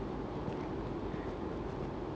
eh I'm using my private email